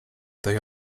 they